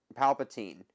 Palpatine